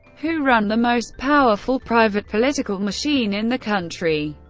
who run the most powerful private political machine in the country.